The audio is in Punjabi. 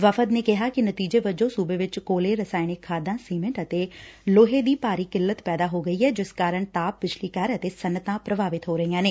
ਵਫ਼ਦ ਨੇ ਕਿਹਾ ਕਿ ਨਤੀਜੇ ਵਜੋਂ ਸੂਬੇ ਵਿਚ ਕੋਲੇ ਰਸਾਇਣਕ ਖਾਦਾਂ ਸੀਮਿੰਟ ਅਤੇ ਲੋਹੇ ਦੀ ਭਾਰੀ ਕਿੱਲਤ ਪੈਦਾ ਹੋ ਗਈ ਏ ਜਿਸ ਕਾਰਨ ਤਾਪ ਬਿਜਲੀ ਘਰ ਅਤੇ ਸਨੱਅਤਾਂ ਪ੍ਰਭਾਵਤ ਹੋ ਰਹੀਆਂ ਨੇ